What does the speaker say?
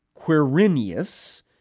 Quirinius